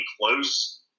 close